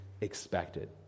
expected